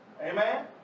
Amen